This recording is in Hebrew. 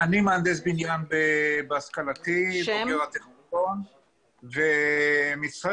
איך לאכול את הדבר הזה, ונכון שיש כאן